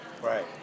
Right